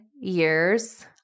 years